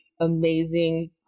amazing